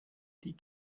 die